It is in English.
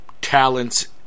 talents